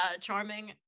charming